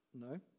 No